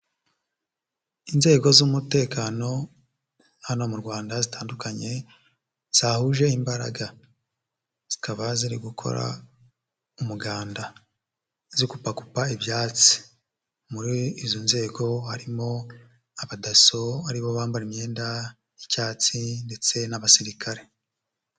Inzego z'umutekano hano mu Rwanda zitandukanye zahuje imbaraga. Zikaba ziri gukora umuganda, zikupakupa ibyatsi. Muri izo nzego harimo abadaso ari bo bambara imyenda y'icyatsi ndetse n'abasirikare.